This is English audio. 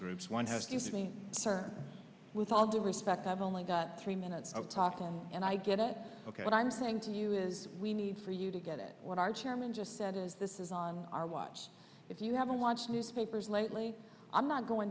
groups one has to use me sir with all due respect i've only got three minutes of talking and i get it ok what i'm saying to you is we need for you to get it what our chairman just said is this is on our watch if you haven't watched newspapers lately i'm not going